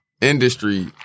industry